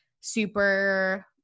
super